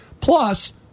Plus